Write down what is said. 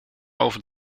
over